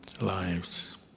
lives